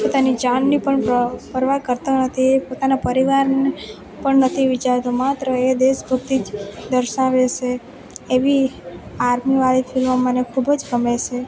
પોતાની જાનની પણ પરવાહ કરતો નથી એ પોતાના પરિવારનું પણ નથી વિચારતો માત્ર એ દેશ ભક્તિ જ દર્શાવે છે એવી આર્મીવાળી ફિલ્મો મને ખૂબ જ ગમે છે